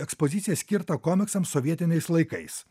ekspoziciją skirtą komiksams sovietiniais laikais